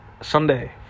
Sunday